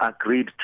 agreed